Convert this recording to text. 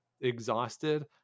exhausted